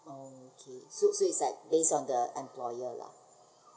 orh okay so so is like based on the employer lah